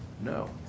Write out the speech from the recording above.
No